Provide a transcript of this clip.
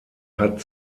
hat